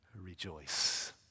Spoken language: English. rejoice